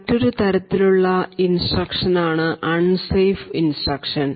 മറ്റൊരു തരത്തിലുള്ള ഇൻസ്ട്രക്ഷൻ ആണ് അൺ സേഫ് ഇൻസ്ട്രക്ഷൻ